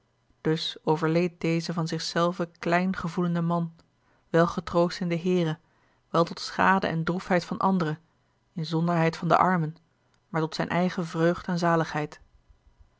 dus overleed deze van sich selven kleyn gevoelende man welgetroost in den heere wel tot schade en droefheyt van anderen inzonderheit van de armen maar tot sijn eigen vreugd en saligheid